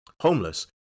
homeless